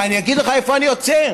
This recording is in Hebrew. אני אגיד לך איפה אני עוצר.